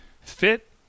fit